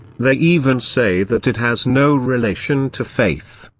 they even say that it has no relation to faith,